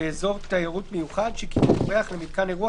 באזור תיירות מיוחד שקיבל אורח למיתקן אירוח